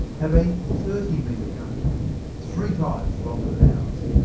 have a thirty metre gut three times longer than ours.